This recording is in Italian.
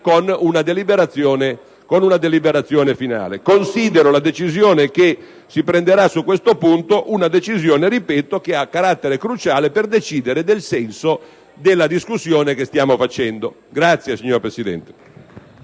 ragione, signor Presidente,